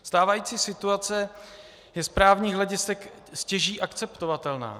Stávající situace je z právních hledisek stěží akceptovatelná.